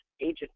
agent